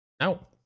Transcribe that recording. No